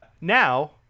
Now